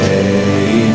Hey